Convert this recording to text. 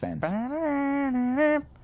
fans